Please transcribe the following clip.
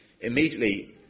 Immediately